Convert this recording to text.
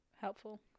Helpful